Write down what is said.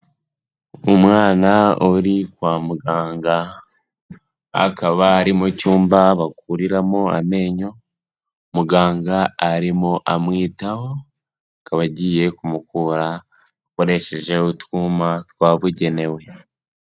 Umwana uri kwa muganga, akaba ari mu cyumba bakuriramo amenyo, muganga arimo amwitaho, akaba agiye kumukura akoresheje utwuma twabugenewe.